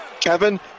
Kevin